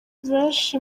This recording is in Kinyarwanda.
benshi